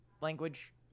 language